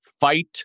fight